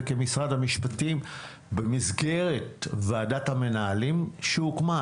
כמשרד המשפטים במסגרת ועדת המנהלים שהוקמה,